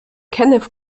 kenneth